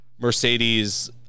Mercedes